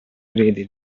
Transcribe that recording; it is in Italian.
erede